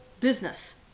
business